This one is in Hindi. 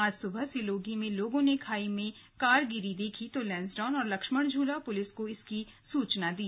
आज सुबह सिलोगी में लोगों ने खाई में कार गिरी देखी तो लैंसडौन और लक्ष्मणझूला पुलिस को इसकी सूचना दी